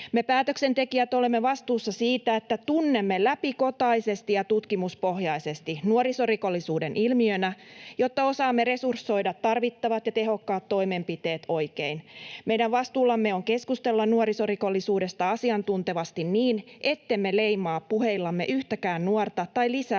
Me päätöksentekijät olemme vastuussa siitä, että tunnemme läpikotaisesti ja tutkimuspohjaisesti nuorisorikollisuuden ilmiönä, jotta osaamme resursoida tarvittavat ja tehokkaat toimenpiteet oikein. Meidän vastuullamme on keskustella nuorisorikollisuudesta asiantuntevasti niin, ettemme leimaa puheillamme yhtäkään nuorta tai lisää